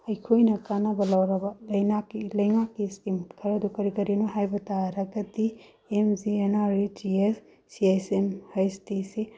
ꯑꯩꯈꯣꯏꯅ ꯀꯥꯟꯅꯕ ꯂꯧꯔꯕ ꯂꯩꯉꯥꯛꯀꯤ ꯁ꯭ꯀꯤꯝ ꯈꯔꯗꯨ ꯀꯔꯤ ꯀꯔꯤꯅꯣ ꯍꯥꯏꯕ ꯇꯥꯔꯒꯗꯤ M G N R E G S ꯁꯤ ꯍꯩꯁ ꯑꯦꯟ ꯍꯩꯁ ꯇꯤ ꯁꯤ